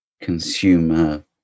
consumer